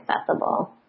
accessible